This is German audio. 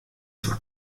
zwar